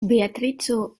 beatrico